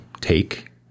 take